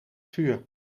vuur